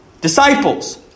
disciples